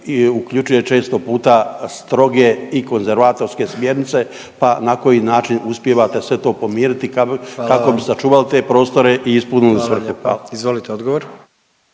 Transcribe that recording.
uključuje često puta stroge i konzervatorske smjernice, pa na koji način uspijevate sve to pomiriti kako … .../Upadica: Hvala vam./... bi sačuvali te prostore i ispunili svrhu. **Jandroković,